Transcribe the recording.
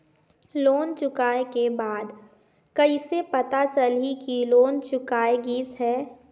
Loan चुकाय के बाद कइसे पता चलही कि लोन चुकाय गिस है?